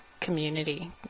community